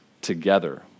together